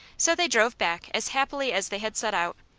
so they drove back as happily as they had set out,